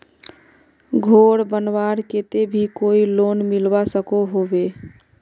घोर बनवार केते भी कोई लोन मिलवा सकोहो होबे?